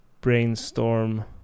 Brainstorm